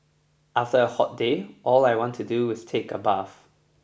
after a hot day all I want to do is take a bath